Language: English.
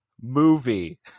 movie